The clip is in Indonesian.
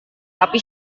tapi